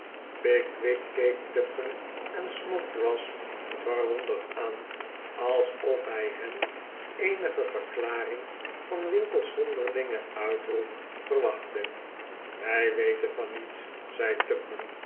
pickwick keek tupman en snodgrass verwonderd aan alsof hij van hen eenige verklaring van winkle's zonderlingen uitroep verwachtte wij weten van niets zei